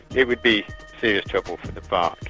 it would be serious trouble for the farc.